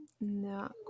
No